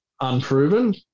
Unproven